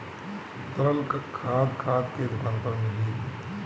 तरल खाद खाद के दुकान पर मिली